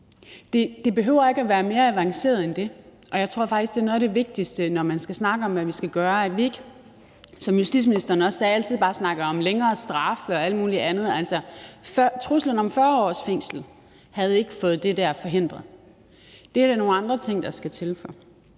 Det behøver ikke være mere avanceret end det, og jeg tror faktisk, at det er noget af det vigtigste, når vi skal snakke om, hvad vi skal gøre, at vi ikke, som justitsministeren også sagde, altid bare snakker om længere straffe og alt muligt andet. Altså, truslen om 40 års fængsel havde ikke forhindret det der. Det er der nogle andre ting der skal til for